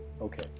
Okay